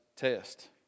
test